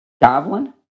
goblin